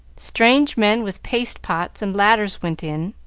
strange men with paste-pots and ladders went in,